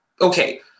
okay